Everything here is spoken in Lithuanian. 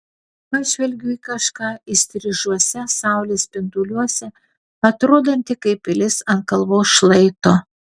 pažvelgiu į kažką įstrižuose saulės spinduliuose atrodantį kaip pilis ant kalvos šlaito